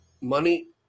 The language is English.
Money